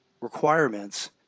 requirements